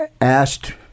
asked